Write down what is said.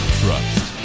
trust